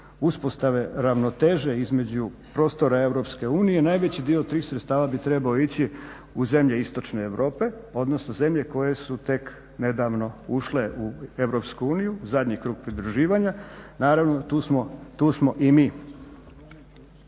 uspostave ravnoteže između prostora EU, najveći dio tih sredstava bi trebao ići u zemlje istočne Europe odnosno zemlje koje su tek nedavno ušle u EU, zadnji krug pridruživanja. Naravno tu smo, tu